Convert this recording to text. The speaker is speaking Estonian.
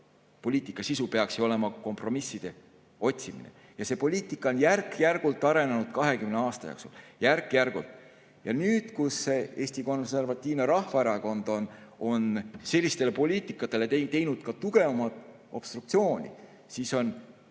poliitika sisu peaks olema kompromisside otsimine. See poliitika on järk-järgult arenenud 20 aasta jooksul. Järk-järgult. Ja nüüd, kus Eesti Konservatiivne Rahvaerakond on sellisele poliitikale teinud tugevamat obstruktsiooni, siis on